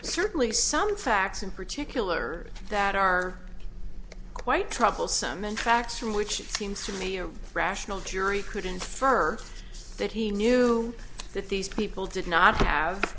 certainly some facts in particular that are quite troublesome and facts from which it seems to me a rational jury could infer that he knew that these people did not have